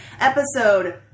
Episode